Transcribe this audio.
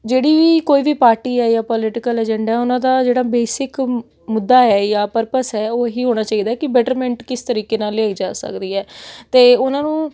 ਜਿਹੜੀ ਕੋਈ ਵੀ ਪਾਰਟੀ ਹੈ ਜਾਂ ਪੋਲੀਟੀਕਲ ਏਜੰਡਾ ਉਹਨਾਂ ਦਾ ਜਿਹੜਾ ਬੇਸਿਕ ਮੁੱਦਾ ਹੈ ਜਾਂ ਪਰਪਸ ਹੈ ਉਹ ਹੀ ਹੋਣਾ ਚਾਹੀਦਾ ਕਿ ਬੈਟਰਮੈਂਟ ਕਿਸ ਤਰੀਕੇ ਨਾਲ ਲਈ ਜਾ ਸਕਦੀ ਹੈ ਅਤੇ ਉਹਨਾਂ ਨੂੰ